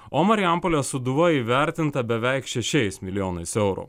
o marijampolės sūduva įvertinta beveik šešiais milijonais eurų